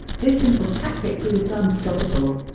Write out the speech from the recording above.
this simple tactic proved unstoppable.